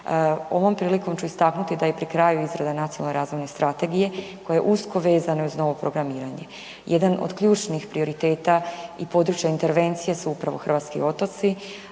Ovom prilikom ću istaknuti da je pri kraju izrada Nacionalne razvojne strategije koja je usko vezana uz novo programiranje. Jedan od ključnih prioriteta i područja intervencije su upravo hrvatski otoci,